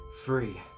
free